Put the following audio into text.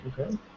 Okay